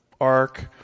ark